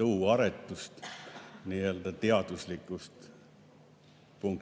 tõuaretust teaduslikust punktist.